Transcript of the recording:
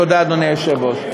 תודה, אדוני היושב-ראש.